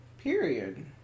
Period